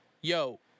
yo